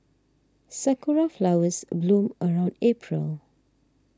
sakura flowers bloom around April